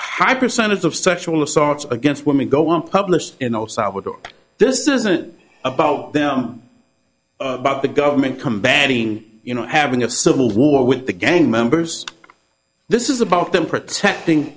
high percentage of sexual assaults against women go on published in or salvador this isn't about their own about the government combating you know having a civil war with the gang members this is about them protecting